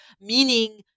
meaning